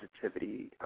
positivity